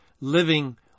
living